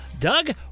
Doug